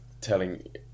telling